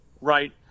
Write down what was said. right